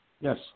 Yes